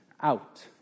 out